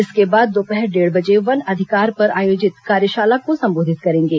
इसके बाद दोपहर डेढ़ बजे वन अधिकार पर आयोजित कार्यशाला को संबोधित करेंगे